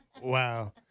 Wow